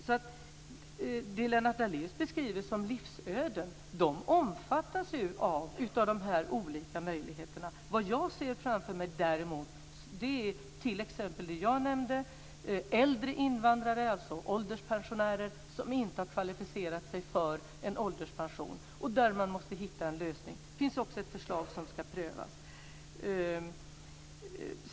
De människor som Lennart Daléus beskriver när han talar om livsöden omfattas ju av de här olika möjligheterna. Det jag däremot ser framför mig är t.ex. dem jag nämnde; äldre invandrare, alltså ålderspensionärer som inte har kvalificerat sig för en ålderspension. Där måste man hitta en lösning. Det finns också ett förslag som ska prövas.